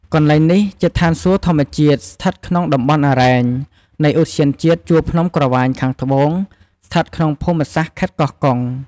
កន្លែងនេះ ជាឋានសួគ៌ធម្មជាតិ ស្ថិតក្នុងតំបន់អារ៉ែង នៃឧទ្យានជាតិជួរភ្នំក្រវាញខាងត្បូង ស្ថិតក្នុងភូមិសាស្ត្រខេត្តកោះកុង។